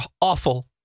awful